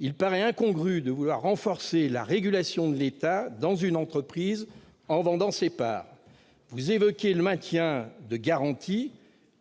Il paraît incongru de vouloir renforcer la régulation de l'État dans une entreprise en vendant ses parts. Vous évoquez le maintien de garanties.